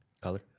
Color